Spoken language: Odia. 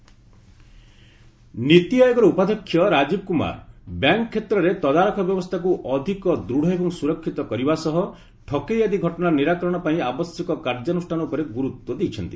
ନୀତି ବ୍ୟାଙ୍କିଙ୍ଗ୍ ନୀତି ଆୟୋଗର ଉପାଧ୍ୟକ୍ଷ ରାଜୀବ କୁମାର ବ୍ୟାଙ୍କ କ୍ଷେତ୍ରରେ ତଦାରଖ ବ୍ୟବସ୍ଥାକୁ ଅଧିକ ଦୃଢ଼ ଏବଂ ସୁରକ୍ଷିତ କରିବା ସହ ଠକେଇ ଆଦି ଘଟଣାର ନିରାକରଣ ପାଇଁ ଆବଶ୍ୟକ କାର୍ଯ୍ୟାନୁଷ୍ଠାନ ଉପରେ ଗୁରୁତ୍ୱ ଦେଇଛନ୍ତି